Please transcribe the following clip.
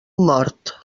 mort